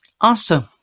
Awesome